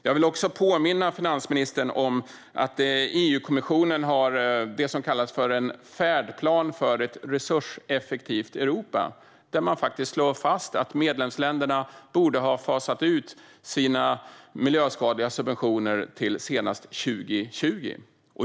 Jag vill också påminna finansministern om att EU-kommissionen har det som kallas för en färdplan för ett resurseffektivt Europa, där man slår fast att medlemsländerna borde ha fasat ut sina miljöskadliga subventioner till senast 2020.